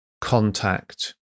contact